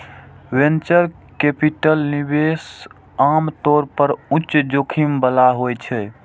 venture capital निवेश आम तौर पर उच्च जोखिम बला होइ छै